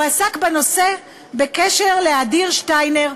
הוא עסק בנושא בקשר לאדיר שטיינר,